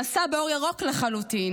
שנסע באור ירוק לחלוטין.